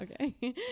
Okay